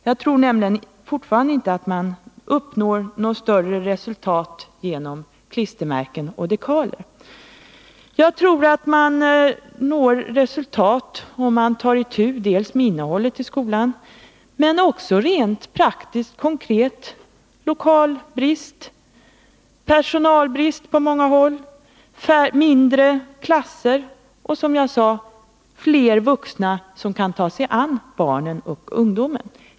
Jag tror fortfarande att man inte uppnår något större resultat genom klistermärken och dekaler. Jag tror att man uppnår resultat, om man tar itu dels med innehållet i skolan, dels med konkreta problem som lokalbrist och, på många håll, personalbrist. Man bör också försöka minska klasserna och, som jag sade, i skolan få in fler vuxna som kan ta sig an barnen och ungdomarna.